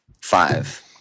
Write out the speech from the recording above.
five